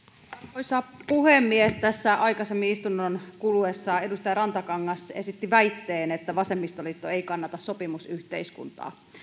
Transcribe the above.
arvoisa puhemies tässä aikaisemmin istunnon kuluessa edustaja rantakangas esitti väitteen että vasemmistoliitto ei kannata sopimusyhteiskuntaa